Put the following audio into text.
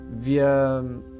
Wir